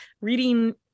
reading